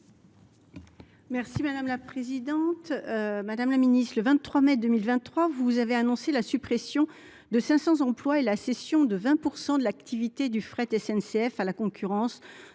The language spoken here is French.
chargé des transports. Madame la ministre, le 23 mai 2023, vous avez annoncé la suppression de 500 emplois et la cession de 20 % de l’activité du fret de la SNCF à la concurrence